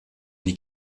die